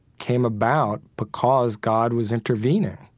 came about because god was intervening,